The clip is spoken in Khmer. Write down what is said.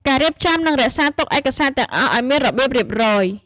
ការរៀបចំ និងរក្សាទុកឯកសារទាំងអស់ឱ្យមានរបៀបរៀបរយ។